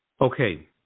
Okay